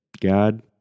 God